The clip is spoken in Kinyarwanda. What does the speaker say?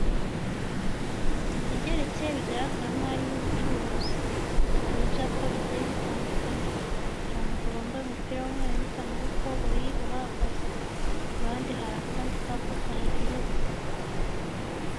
Inzu igeretse bigaragara nkaho ari iy'ubucuruzi hari ibyapa bigiye bitandukanye hari umugabo wambaye umupira w'umweru n'ipantaro y'ikoboyi uhahagaze, ku ruhande hari akandi kapa kahateretse.